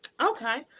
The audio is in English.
Okay